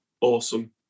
awesome